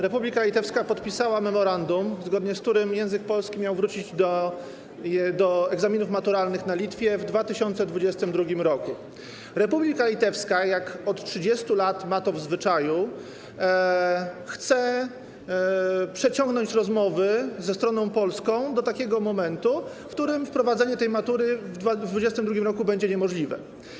Republika Litewska podpisała memorandum, zgodnie z którym język polski miał wrócić na egzaminy maturalne na Litwie w 2022 r. Republika Litewska, jak od 30 lat ma w zwyczaju, chce przeciągnąć rozmowy ze stroną polską do takiego momentu, w którym wprowadzenie tej matury w 2022 r. będzie niemożliwe.